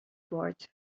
wordt